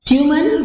Human